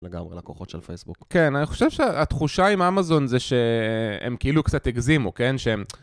לגמרי, לקוחות של פייסבוק. כן, אני חושב שהתחושה עם אמזון זה שהם כאילו קצת הגזימו, כן, שהם...